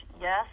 yes